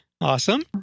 Awesome